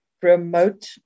promote